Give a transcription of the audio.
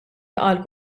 għal